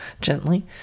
gently